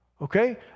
Okay